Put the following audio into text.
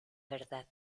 verdad